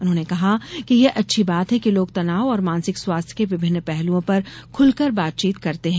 उन्होंने कहा कि यह अच्छी बात है कि लोग तनाव और मानसिक स्वास्थ्य के विभिन्न पहलूओं पर खुलकर बातचीत करते हैं